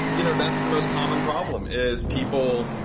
you know, that's the most common problem is people,